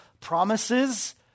promises